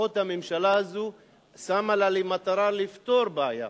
לפחות הממשלה הזאת שמה לה למטרה לפתור בעיה.